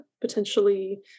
potentially